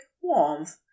warmth